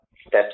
steps